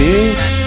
Bitch